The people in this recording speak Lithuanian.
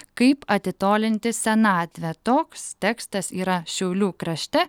kaip atitolinti senatvę toks tekstas yra šiaulių krašte